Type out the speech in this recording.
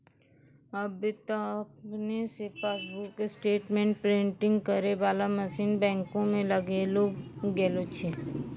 आबे त आपने से पासबुक स्टेटमेंट प्रिंटिंग करै बाला मशीन बैंको मे लगैलो गेलो छै